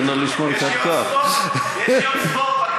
תן לו לשמור, יש יום ספורט בכנסת.